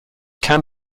can